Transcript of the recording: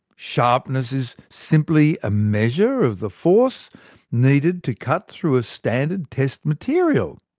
sharpness is simply a measure of the force needed to cut through a standard test material?